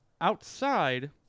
outside